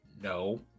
No